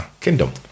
kingdom